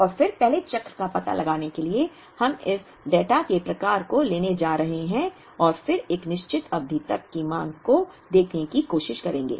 और फिर पहले चक्र का पता लगाने के लिए हम इस डेटा के प्रकार को लेने जा रहे हैं और फिर एक निश्चित अवधि तक की मांग को देखने की कोशिश करेंगे